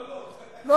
לא, לא.